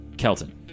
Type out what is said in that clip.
kelton